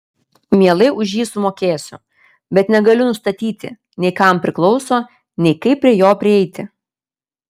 mielai už jį sumokėsiu bet negaliu nustatyti nei kam priklauso nei kaip prie jo prieiti